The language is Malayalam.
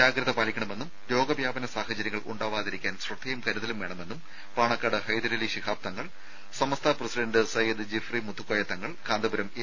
ജാഗ്രത പാലിക്കണമെന്നും രോഗവ്യാപന സാഹചര്യങ്ങൾ ഉണ്ടാവാതിരിക്കാൻ ശ്രദ്ധയും കരുതലും വേണമെന്നും പാണക്കാട് ഹൈദരലി ശിഹാബ് തങ്ങൾ സമസ്ത പ്രസിഡന്റ് സയ്യിദ് ജിഫ്രി മുത്തുക്കോയ തങ്ങൾ കാന്തപുരം എ